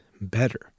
better